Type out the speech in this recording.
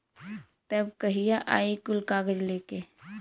तब कहिया आई कुल कागज़ लेके?